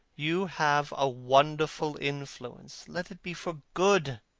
you have a wonderful influence. let it be for good,